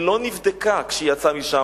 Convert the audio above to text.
שלא נבדקה כשהיא יצאה משם,